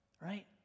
Right